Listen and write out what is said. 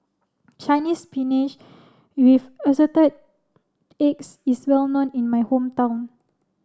Chinese Spinach with Assorted Eggs is well known in my hometown